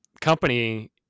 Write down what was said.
company